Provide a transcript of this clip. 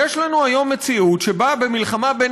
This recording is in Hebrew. יש לנו היום מציאות שבה במלחמה בין